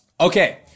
Okay